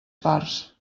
parts